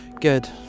Good